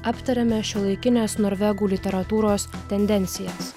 aptariame šiuolaikinės norvegų literatūros tendencijas